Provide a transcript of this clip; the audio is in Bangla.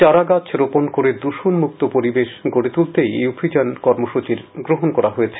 চারা গাছ রোপণ করে দৃষণমুক্ত পরিবেশ গডে তোলতেই এই অভিযান কর্মসূচি গ্রহণ করা হয়েছে